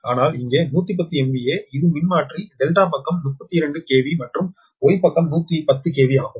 ஆனால் இங்கே 110 MVA இது மின்மாற்றி Δ பக்கம் 32 KV மற்றும் Y பக்கம் 110 KV ஆகும்